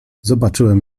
zobaczyłem